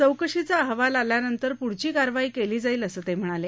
चौकशीचा अहवाल आल्यानंतर पुढची कारवाई केली जाईल असं ते म्हणाले